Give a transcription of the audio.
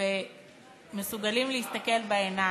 ומסוגלים להסתכל בעיניים,